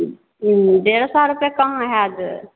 हूँ डेढ़ सए रुपए कहाँ हइ जे